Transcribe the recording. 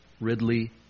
Ridley